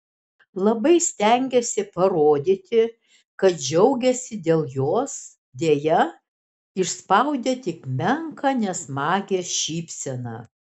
labai stengėsi parodyti kad džiaugiasi dėl jos deja išspaudė tik menką nesmagią šypseną